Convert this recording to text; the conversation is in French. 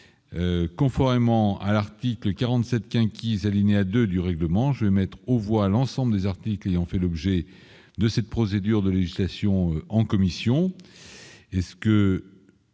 conformément à l'article 47 Quinquis alinéa 2 du règlement, je vais mettre aux voix l'ensemble des articles en fait l'objet de cette procédure de législation en commission